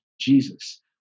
Jesus